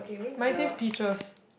mine says pitchers